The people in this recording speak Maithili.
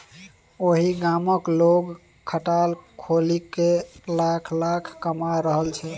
ओहि गामक लोग खटाल खोलिकए लाखक लाखक कमा रहल छै